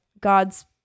God's